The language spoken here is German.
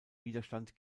widerstand